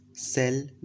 Cell